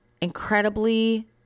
incredibly